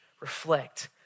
reflect